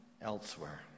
elsewhere